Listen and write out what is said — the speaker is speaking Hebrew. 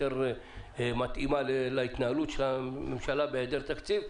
מתאימה להתנהלות של הממשלה בהיעדר תקציב,